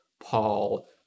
paul